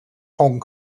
hong